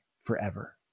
forever